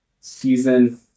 season